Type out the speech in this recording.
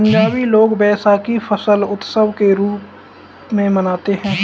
पंजाबी लोग वैशाखी फसल उत्सव के रूप में मनाते हैं